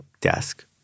desk